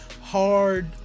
hard